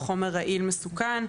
או חומר רעיל מסוכן,